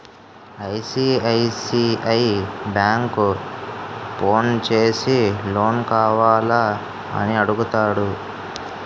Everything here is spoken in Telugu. ఐ.సి.ఐ.సి.ఐ బ్యాంకు ఫోన్ చేసి లోన్ కావాల అని అడుగుతాడు